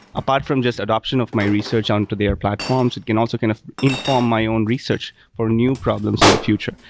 apart from just adaption of my research on to their platforms, it can also kind of inform my own research for new problems in the future.